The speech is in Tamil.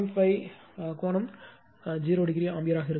5 கோணம் 0 டிகிரி ஆம்பியராக இருக்கும்